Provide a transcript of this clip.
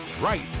right